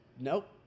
Nope